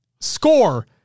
Score